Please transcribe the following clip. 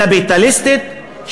קפיטליסטית,